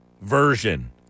version